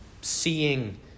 seeing